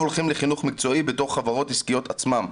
הולכים לחינוך מקצועי בתוך חברות עסקיות עצמן,